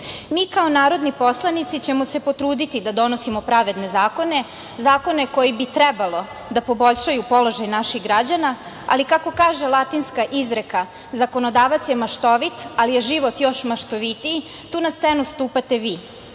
kao narodni poslanici ćemo se potruditi da donosimo pravedne zakona, zakone koji bi trebalo da poboljšaju položaj naših građana, ali kako kaže latinska izreka - zakonodavac je maštovit, ali je život još maštovitiji. Tu na scenu stupate vi,